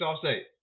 State